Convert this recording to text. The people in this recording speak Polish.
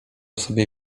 sobie